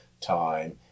time